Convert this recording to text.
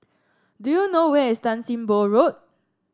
do you know where is Tan Sim Boh Road